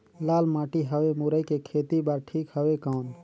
लाल माटी हवे मुरई के खेती बार ठीक हवे कौन?